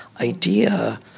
idea